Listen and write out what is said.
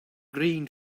green